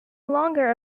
longer